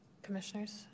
Commissioners